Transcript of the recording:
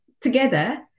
together